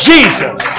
Jesus